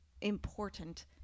important